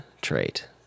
trait